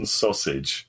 sausage